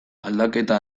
aldaketa